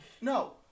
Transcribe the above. no